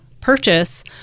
purchase